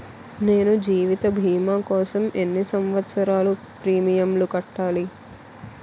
నేను జీవిత భీమా కోసం ఎన్ని సంవత్సారాలు ప్రీమియంలు కట్టాలి?